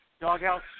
Doghouse